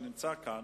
שנמצא כאן,